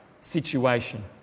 situation